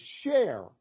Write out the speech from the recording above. share